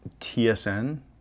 TSN